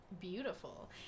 beautiful